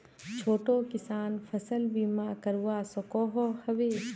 छोटो किसान फसल बीमा करवा सकोहो होबे?